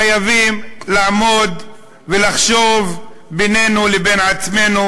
חייבים לעמוד ולחשוב בינינו לבין עצמנו